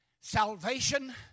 Salvation